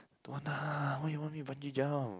don't want lah why you want me bungee jump